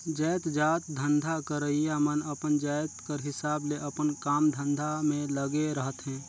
जाएतजात धंधा करइया मन अपन जाएत कर हिसाब ले अपन काम धंधा में लगे रहथें